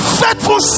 faithful